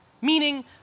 Meaning